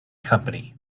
company